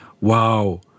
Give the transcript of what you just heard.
Wow